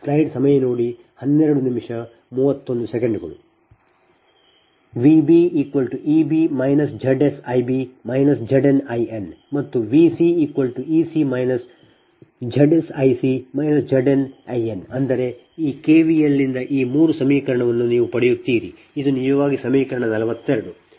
VbEb ZsIb ZnIn ಮತ್ತು VcEc ZsIc ZnIn ಅಂದರೆ ಈ KVL ನಿಂದ ಈ 3 ಸಮೀಕರಣವನ್ನು ನೀವು ಪಡೆಯುತ್ತೀರಿ ಇದು ನಿಜವಾಗಿ ಸಮೀಕರಣ 42